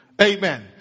Amen